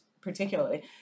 particularly